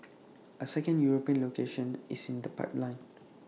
A second european location is in the pipeline